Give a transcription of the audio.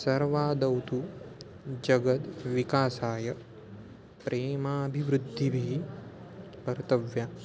सर्वादौ तु जगद्विकासाय प्रेमाभिवृद्धयः कर्तव्याः